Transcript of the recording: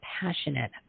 passionate